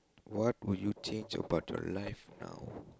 what would you change about your life now